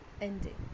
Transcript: ending